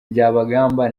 byabagamba